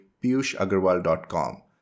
piyushagarwal.com